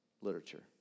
literature